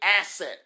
Asset